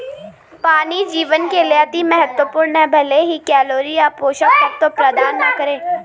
पानी जीवन के लिए अति महत्वपूर्ण है भले ही कैलोरी या पोषक तत्व प्रदान न करे